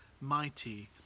mighty